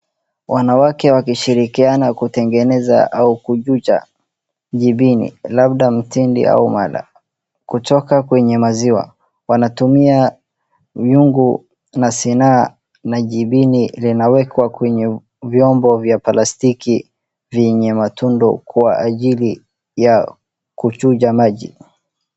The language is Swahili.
Wanawake wakishirikiana kutengeneza au kuchuja jibini labda mtindi au mala kutoka kwenye maziwa, wanatumia nyungu na sina na jibini linawekwa kwenye vyombo vya plastiki vyenye matundu kwa ajili ya kuchuja maji.